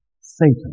Satan